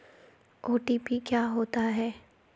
OTP क्या होता है?